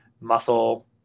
muscle